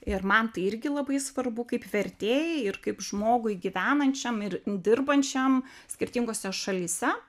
ir man tai irgi labai svarbu kaip vertėjai ir kaip žmogui gyvenančiam ir dirbančiam skirtingose šalyse